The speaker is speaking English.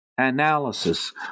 analysis